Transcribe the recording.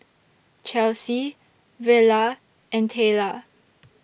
Chelsie Vella and Tayla